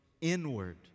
inward